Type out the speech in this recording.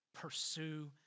Pursue